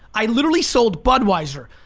i literally sold budweiser,